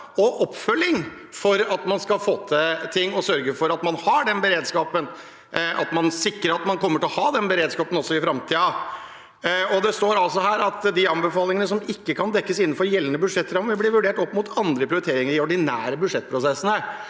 og oppfølging for at man skal få til ting og sørge for at man sikrer at man kommer til å ha den beredskapen også i framtiden. Det står altså her at de anbefalingene som ikke kan dekkes innenfor gjeldende budsjettramme, vil bli vurdert opp mot andre prioriteringer i de ordinære budsjettprosessene.